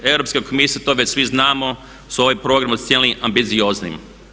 Europska komisija to već svi znamo je ovaj program ocijenila ambicioznim.